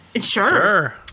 Sure